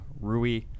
Rui